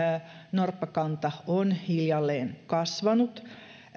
norppakanta on hiljalleen kasvanut